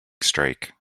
strike